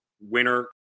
winner